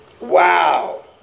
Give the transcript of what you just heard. Wow